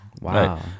wow